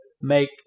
make